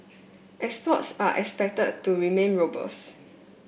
exports are expected to remain robust